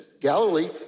Galilee